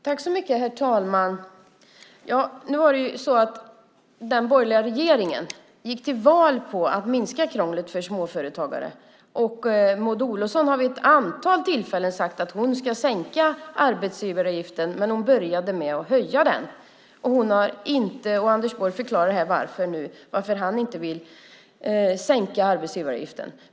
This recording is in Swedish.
Herr talman! Den borgerliga regeringen gick till val på att minska krånglet för småföretagare. Och Maud Olofsson har vid ett antal tillfällen sagt att hon ska sänka arbetsgivaravgiften, men hon började med att höja den. Anders Borg förklarar nu varför han inte vill sänka arbetsgivaravgiften.